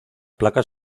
placas